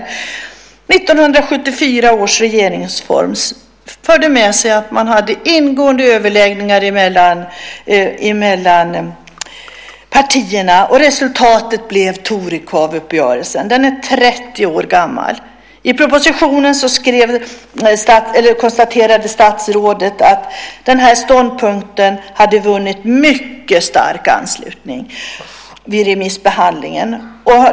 1974 års regeringsform förde med sig att man hade ingående överläggningar mellan partierna. Resultatet blev Torekovuppgörelsen. Den är 30 år gammal. I propositionen konstaterade statsrådet att kompromissens ståndpunkt hade vunnit mycket stark anslutning vid remissbehandlingen.